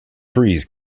breeze